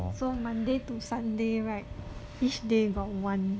so monday to sunday right each day got one